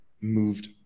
moved